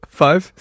five